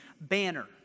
banner